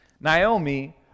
Naomi